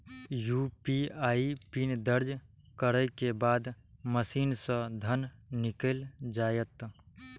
UPI PIN दर्ज करै के बाद मशीन सं धन निकैल जायत